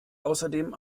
außerdem